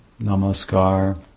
Namaskar